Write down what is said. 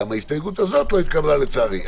גם ההסתייגות הזאת לא התקבלה, לצערי.